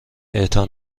اعطا